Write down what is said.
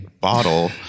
bottle